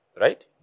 Right